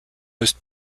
most